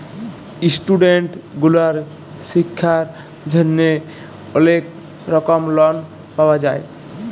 student গুলার শিক্ষার জন্হে অলেক রকম লন পাওয়া যায়